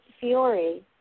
Fiore